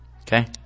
Okay